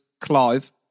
Clive